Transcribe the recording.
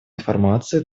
информации